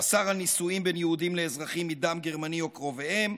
שאסר נישואים בין יהודים לאזרחים מדם גרמני או קרוביהם.